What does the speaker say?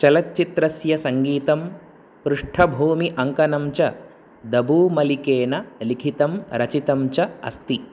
चलच्चित्रस्य सङ्गीतं पृष्ठभूमि अङ्कनं च दबू मलिकेन लिखितं रचितं च अस्ति